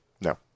No